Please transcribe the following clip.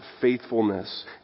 faithfulness